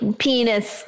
penis